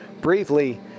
Briefly